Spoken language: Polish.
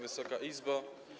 Wysoka Izbo!